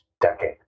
decade